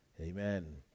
amen